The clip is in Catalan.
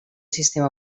sistema